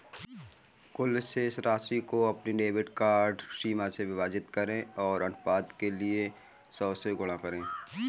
कुल शेष राशि को अपनी कुल क्रेडिट सीमा से विभाजित करें और अनुपात के लिए सौ से गुणा करें